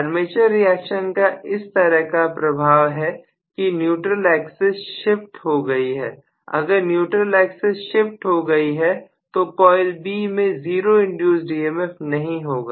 armature reaction का इस तरह का प्रभाव है कि न्यूट्रल एक्सिस शिफ्ट हो गई है अगर न्यूट्रल एक्सेस शिफ्ट हो गई है तो कॉइल B में 0 इंड्यूस्ड ईएमएफ नहीं होगा